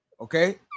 okay